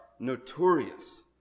notorious